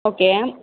okay